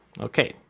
Okay